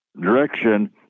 direction